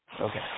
okay